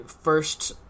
first